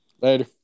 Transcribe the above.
Later